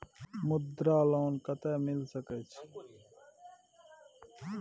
मुद्रा लोन कत्ते मिल सके छै?